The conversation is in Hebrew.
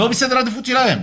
לא בסדר העדיפות שלהם,